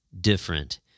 different